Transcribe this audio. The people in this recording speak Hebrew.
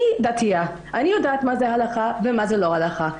אני דתית, אני יודעת מה זה הלכה ומה לא הלכה.